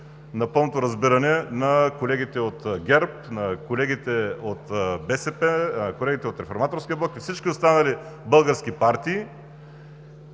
за пълното разбиране на колегите от ГЕРБ, от БСП, на колегите от Реформаторския блок и на всички останали български партии.